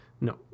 No